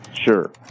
Sure